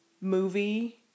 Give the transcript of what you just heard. movie